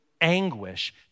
anguish